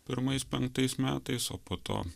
pirmais penktais metais o po to